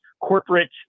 corporate